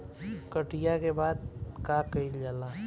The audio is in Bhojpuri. कटिया के बाद का कइल जाला?